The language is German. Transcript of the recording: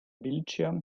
bildschirm